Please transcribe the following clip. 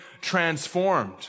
transformed